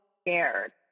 scared